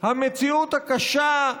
המציאות הקשה,